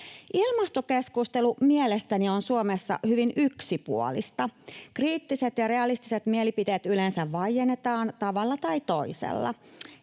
Ilmastokeskustelu on mielestäni Suomessa hyvin yksipuolista. Kriittiset ja realistiset mielipiteet yleensä vaiennetaan tavalla tai toisella.